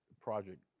project